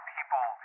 People